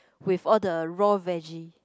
with all the raw vege